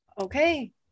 okay